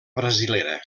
brasilera